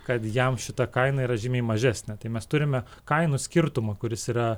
kad jam šita kaina yra žymiai mažesnė tai mes turime kainų skirtumą kuris yra